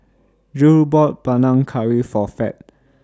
Jule bought Panang Curry For Fed